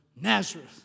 Nazareth